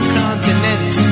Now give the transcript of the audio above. continent